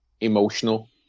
emotional